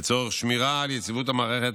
לצורך שמירה על יציבות המערכת,